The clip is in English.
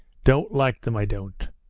don't like them, i don't.